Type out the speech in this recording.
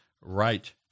right